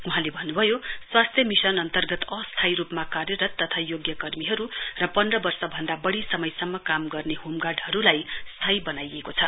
वहाँले भन्नुभयो स्वास्थ्य मिशन अन्तर्गत अस्थाई रूपमा कार्यरत तथा योग्य कर्मीहरू र पन्ध्र वर्ष भन्दा बढ़ी समयसम्म काम गर्ने होमगार्डहरूलाई स्थाई बनाइएको छ